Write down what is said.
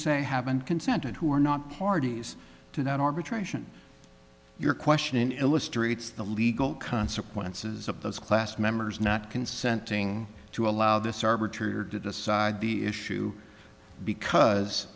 say haven't consented who are not parties to that arbitration your question illustrates the legal consequences of those class members not consenting to allow this arbitrary or to decide the issue because